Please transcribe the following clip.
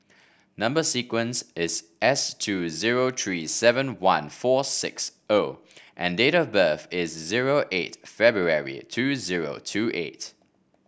number sequence is S two zero three seven one four six O and date of birth is zero eight February two zero two eight